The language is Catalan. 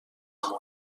amunt